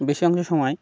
বেশি অংশ সময়